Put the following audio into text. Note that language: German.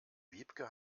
wiebke